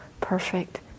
perfect